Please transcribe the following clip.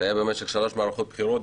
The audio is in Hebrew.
שהיה במשך שלוש מערכות בחירות,